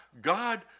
God